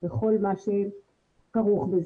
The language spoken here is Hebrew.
וכל מה שכרוך בזה.